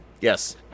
Yes